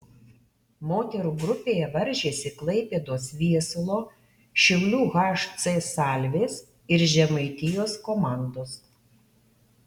moterų grupėje varžėsi klaipėdos viesulo šiaulių hc salvės ir žemaitijos komandos